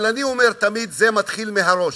אבל אני אומר תמיד: זה מתחיל מהראש.